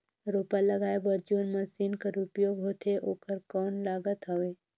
रोपा लगाय बर जोन मशीन कर उपयोग होथे ओकर कौन लागत हवय?